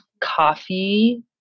coffee